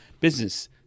business